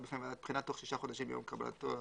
בפני בחינה תוך שישה חודשים מתוך קבלתו לעבודה.